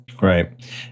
Right